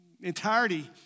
entirety